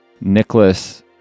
Nicholas